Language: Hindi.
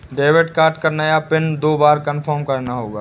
डेबिट कार्ड का नया पिन दो बार कन्फर्म करना होगा